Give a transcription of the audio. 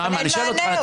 אז מה המענה?